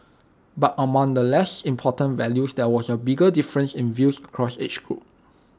but among the less important values there was A bigger difference in views across the age groups